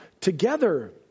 together